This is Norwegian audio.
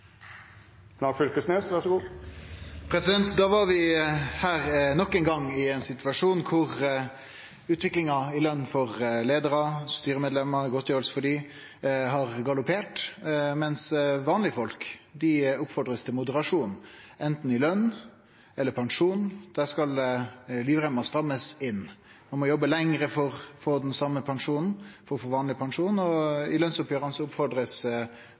Da var vi her nok ein gong, i ein situasjon der utviklinga i løn for leiarar og styremedlemer, godtgjeringa deira, har galoppert, mens vanlege folk blir oppfordra til moderasjon i anten løn eller pensjon. Der skal livreima strammast inn. Ein må jobbe lenger for å få den same pensjonen, for å få vanleg pensjon, og i